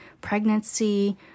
pregnancy